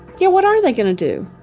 yeah. what are they going to do?